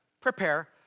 prepare